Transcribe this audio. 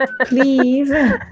Please